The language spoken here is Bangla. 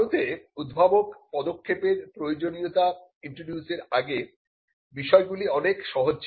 ভারতে উদ্ভাবক পদক্ষেপের প্রয়োজনীয়তা ইন্ট্রোডিউসের আগে বিষয়গুলি অনেক সহজ ছিল